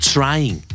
Trying